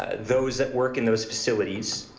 ah those that work in those facilities.